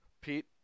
Pete